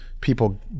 people